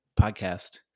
podcast